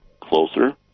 closer